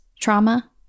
trauma